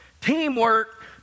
Teamwork